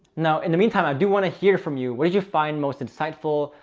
now in the meantime, i do want to hear from you, what did you find most insightful,